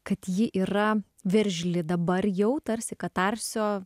kad ji yra veržli dabar jau tarsi katarsio